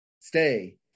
Stay